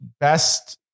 best